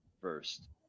first